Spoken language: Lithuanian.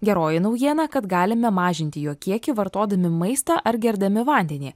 geroji naujiena kad galime mažinti jo kiekį vartodami maistą ar gerdami vandenį